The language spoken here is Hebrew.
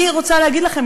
אני רוצה להגיד לכם,